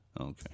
Okay